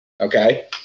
okay